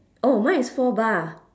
oh mine is four bar